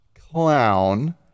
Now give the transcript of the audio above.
clown